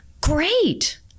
great